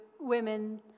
women